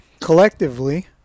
collectively